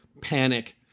panic